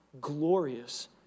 glorious